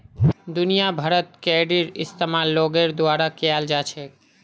दुनिया भरत क्रेडिटेर इस्तेमाल लोगोर द्वारा कियाल जा छेक